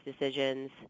decisions